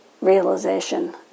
realization